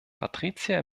patricia